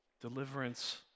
Deliverance